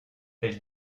elle